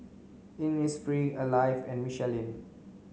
Innisfree Alive and Michelin